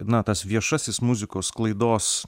na tas viešasis muzikos sklaidos